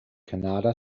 kannada